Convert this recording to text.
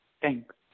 Thanks